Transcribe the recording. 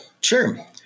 Sure